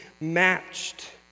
matched